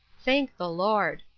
thank the lord.